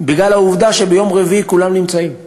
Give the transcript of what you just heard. כי ביום רביעי כולם נמצאים,